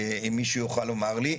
אם מישהו יוכל לומר לי.